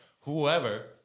whoever